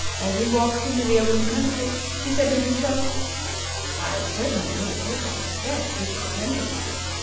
as he walked into the open country, he said to himself i have certainly undertaken a very difficult enterprise.